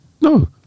No